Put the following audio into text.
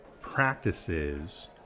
practices